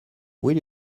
will